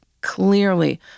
clearly